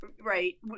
right